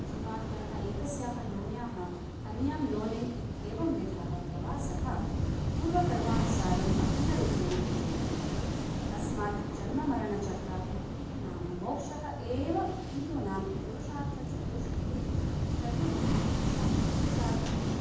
जीवात्मनः एकस्याः योन्याः अन्यां योनिम् इत्येवं विधः प्रवासः पूर्वकर्मानुसारम् अखण्डरूपेण प्रचलति अस्मात् जन्ममरणचक्रात् मुक्तिः नाम मोक्षः एव हिन्दूनां पुरुषार्थचतुष्टये चतुर्थः पुरुषार्थः